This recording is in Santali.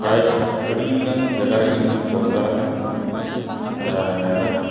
ᱨᱟᱡᱽ ᱟᱹᱰᱤ ᱜᱟᱱ ᱡᱟᱭᱜᱟ ᱨᱮᱜᱮᱞᱤᱧ ᱦᱳᱠ ᱫᱟᱨ ᱟᱠᱟᱱᱟ ᱟᱨ